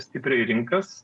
stipriai rinkas